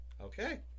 Okay